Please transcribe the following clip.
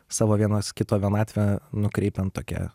savo vienas kito vienatvę nukreipiant tokia